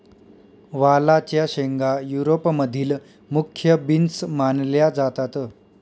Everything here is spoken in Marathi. वालाच्या शेंगा युरोप मधील मुख्य बीन्स मानल्या जातात